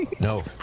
No